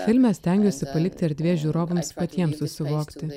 filme stengiuosi palikti erdvės žiūrovams patiems susivokti